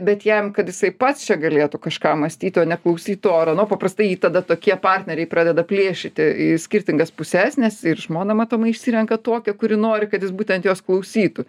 bet jam kad jisai pats čia galėtų kažką mąstyti o neklausyti to ar ano paprastai jį tada tokie partneriai pradeda plėšyti į skirtingas puses nes ir žmoną matomai išsirenka tokią kuri nori kad jis būtent jos klausytų